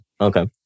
Okay